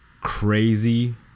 crazy